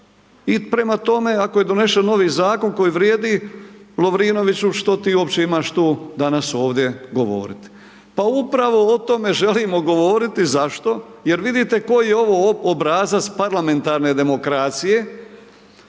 i prema tome, ako je donesen novi zakon koji vrijedi, Lovrinoviću, što ti uopće imaš tu danas ovdje govoriti. Pa upravo o tome želimo govoriti zašto? Jer vidite koji je ovo obrazac parlamentarne demokracije.